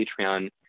Patreon